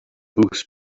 whose